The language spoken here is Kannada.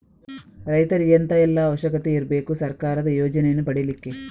ರೈತರಿಗೆ ಎಂತ ಎಲ್ಲಾ ಅವಶ್ಯಕತೆ ಇರ್ಬೇಕು ಸರ್ಕಾರದ ಯೋಜನೆಯನ್ನು ಪಡೆಲಿಕ್ಕೆ?